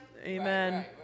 Amen